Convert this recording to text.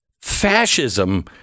fascism